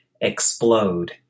explode